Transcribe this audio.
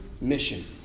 mission